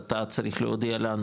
אתה צריך להודיע לנו,